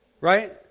Right